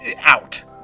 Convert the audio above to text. out